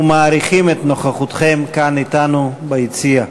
ומעריכים את נוכחותכם כאן אתנו ביציע.